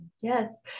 Yes